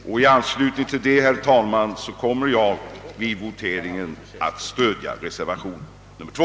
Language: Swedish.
Jag kommer därför, herr talman, att vid voteringen stödja reservationen II.